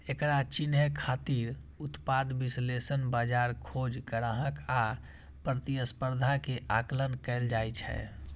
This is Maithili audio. एकरा चिन्है खातिर उत्पाद विश्लेषण, बाजार खोज, ग्राहक आ प्रतिस्पर्धा के आकलन कैल जाइ छै